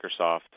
Microsoft